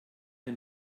wir